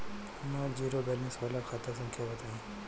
हमर zero balance वाला खाता संख्या बताई?